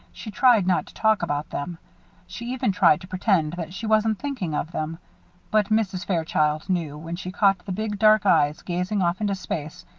she tried not to talk about them she even tried to pretend that she wasn't thinking of them but mrs. fairchild knew, when she caught the big dark eyes gazing off into space,